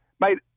Mate